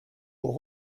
pour